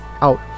out